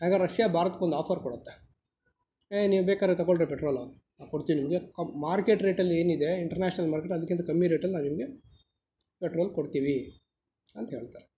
ಆಗ ರಷ್ಯಾ ಭಾರತಕ್ಕೊಂದು ಆಫರ್ ಕೊಡುತ್ತೆ ಎ ನೀವು ಬೇಕಾದ್ರೆ ತಗೊಳ್ರಿ ಪೆಟ್ರೋಲು ಕೊಡ್ತೀನಿ ನಿಮಗೆ ಮಾರ್ಕೆಟ್ ರೇಟಲ್ಲಿ ಏನಿದೆ ಇಂಟರ್ನ್ಯಾಷನಲ್ ಮಾರ್ಕೆಟ್ ಅದಕ್ಕಿಂತ ಕಮ್ಮಿ ರೇಟಲ್ಲಿ ನಾವು ನಿಮಗೆ ಪೆಟ್ರೋಲ್ ಕೊಡ್ತೀವಿ ಅಂತ ಹೇಳ್ತಾರೆ